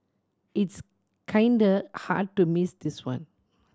it's kinda hard to miss this one